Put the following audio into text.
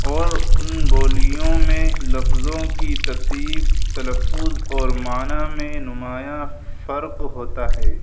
اور ان بولیوں میں لفظوں کی ترتیب تلفظ اور معنی میں نمایاں فرق ہوتا ہے